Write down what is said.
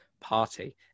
party